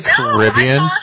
Caribbean